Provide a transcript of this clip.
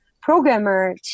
programmer